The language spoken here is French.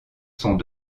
sont